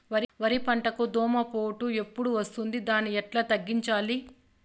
వరి పంటకు దోమపోటు ఎప్పుడు వస్తుంది దాన్ని ఎట్లా తగ్గించాలి?